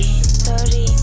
Sorry